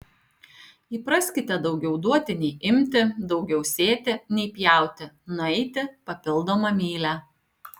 įpraskite daugiau duoti nei imti daugiau sėti nei pjauti nueiti papildomą mylią